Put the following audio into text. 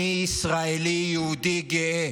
טוב טוב: אני ישראלי יהודי גאה.